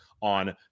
on